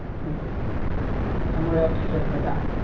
ꯎꯝ ꯑ ꯃꯣꯏꯔꯥꯡ ꯐꯤ ꯆꯟꯕꯗ